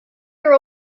year